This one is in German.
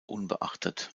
unbeachtet